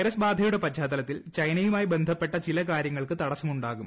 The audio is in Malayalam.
വൈറസ് ബാധയുടെ പശ്ചാത്തലത്തിൽ ചൈനയുമായി ബന്ധപ്പെട്ട ചില കാര്യങ്ങൾക്ക് തടസ്സമുണ്ടാകും